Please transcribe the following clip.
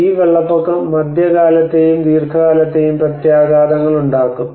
ഈ വെള്ളപ്പൊക്കം മധ്യകാലത്തേയും ദീർഘകാലത്തേയും പ്രത്യാഘാതങ്ങൾ ഉണ്ടാക്കും